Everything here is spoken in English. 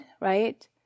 right